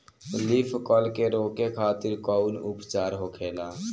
Leaf curl के रोके खातिर कउन उपचार होखेला?